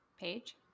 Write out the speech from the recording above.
page